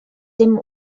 dem